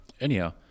Anyhow